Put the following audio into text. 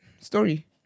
story